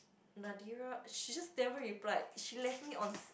Nadira she just never replied she left me on